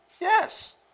Yes